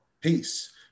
Peace